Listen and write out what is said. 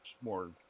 more